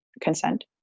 consent